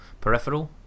peripheral